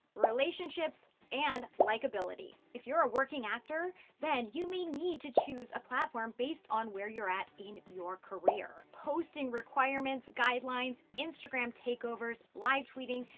relationships, and likeability. if you're a working actor, then you may need to choose a platform, based on where you're at in your career. posting requirements, guidelines, instagram takeovers, live tweeting.